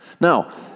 Now